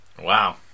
Wow